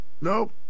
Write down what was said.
Nope